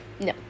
no